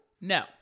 No